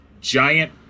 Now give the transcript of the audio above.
giant